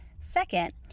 Second